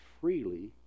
freely